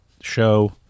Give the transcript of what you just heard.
show